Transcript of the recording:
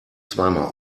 zweimal